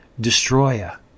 Destroyer